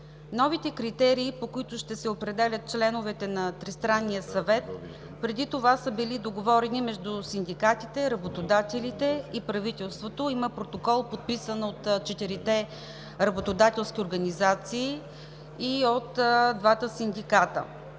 Новите критерии, по които ще се определят членовете на Тристранния съвет, преди това са били договорени между синдикатите, работодателите и правителството. Има протокол, подписан от четирите работодателски организации и от двата синдиката.